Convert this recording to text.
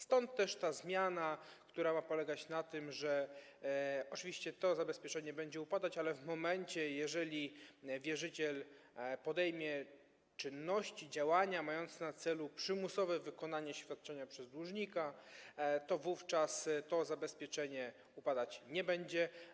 Stąd też ta zmiana, która ma polegać na tym, że oczywiście to zabezpieczenie będzie upadać, ale jeżeli wierzyciel podejmie czynności, działania mające na celu przymusowe wykonanie świadczenia przez dłużnika, to wówczas to zabezpieczenie upadać nie będzie.